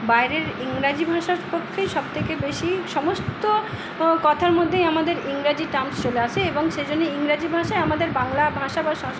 বাইরের ইংরাজি ভাষায় স্কোপটাই সব থেকে বেশি সমস্ত কথার মধ্যেই আমাদের ইংরাজি টার্মস চলে আসে এবং সেজন্য ইংরাজি ভাষায় আমাদের বাংলা ভাষা বা সংস্কি